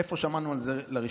איפה שמענו על זה לראשונה?